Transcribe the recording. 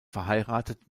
verheiratet